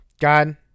God